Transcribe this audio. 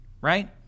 right